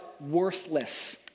worthless